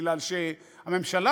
כי הממשלה,